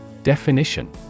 Definition